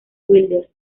wilder